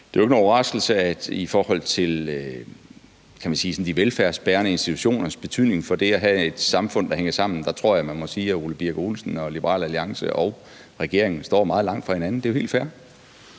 det er jo ikke nogen overraskelse – at i forhold til de velfærdsbærende institutioners betydning for det at have et samfund, der hænger sammen, står Ole Birk Olesen og Liberal Alliance og regeringen meget langt fra hinanden, og det er jo helt fair.